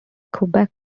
quebec